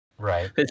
right